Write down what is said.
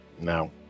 No